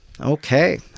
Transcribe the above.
Okay